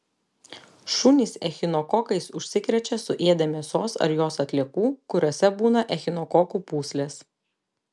šunys echinokokais užsikrečia suėdę mėsos ar jos atliekų kuriose būna echinokokų pūslės